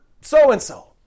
so-and-so